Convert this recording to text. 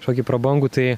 kažkokį prabangų tai